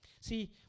See